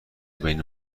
بین